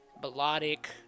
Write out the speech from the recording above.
melodic